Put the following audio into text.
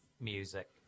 music